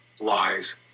lies